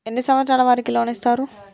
ఎన్ని సంవత్సరాల వారికి లోన్ ఇస్తరు?